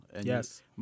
Yes